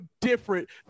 different